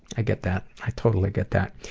i get that, i totally get that.